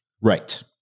Right